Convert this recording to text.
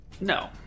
No